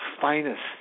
finest